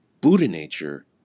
Buddha-nature